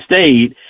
State